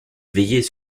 veillez